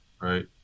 right